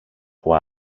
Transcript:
που